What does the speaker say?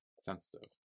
Sensitive